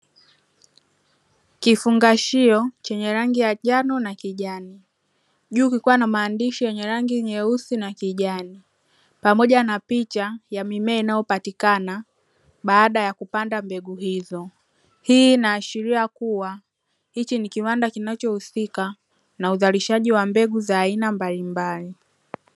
Kifungashio chenye rangi ya njano na kijani juu kikiwa na maandishi yenye rangi nyeusi na kijani, pamoja na picha ya mimea inayopatikana baada ya kupanda mbegu hizo. Hii inaashiria kuwa hichi ni kiwanda kinachohusika na uzalishaji wa mbegu za aina mbalimbali.